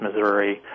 Missouri